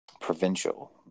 provincial